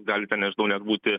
gali ten nežinau net būti